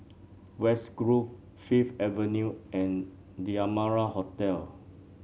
West Grove Fifth Avenue and The Amara Hotel